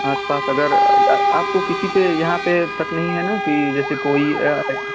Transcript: आसपास अगर या आपको किसी पर यहाँ पर शक नही है न कि जैसे कोई है